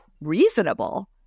reasonable